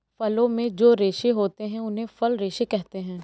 फलों में जो रेशे होते हैं उन्हें फल रेशे कहते है